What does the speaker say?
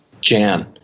Jan